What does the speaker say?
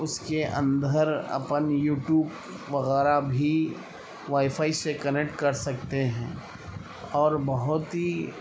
اس کے اندھر اپن یوٹیوب وغیرہ بھی وائی فائی سے کنکٹ کر سکتے ہیں اور بہت ہی